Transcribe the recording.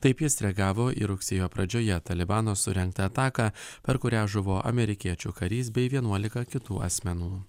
taip jis reagavo į rugsėjo pradžioje talibano surengtą ataką per kurią žuvo amerikiečių karys bei vienuolika kitų asmenų